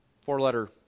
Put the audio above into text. four-letter